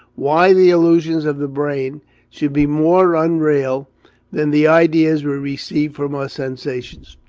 why the illusions of the brain should be more unreal than the ideas we receive from our sensations.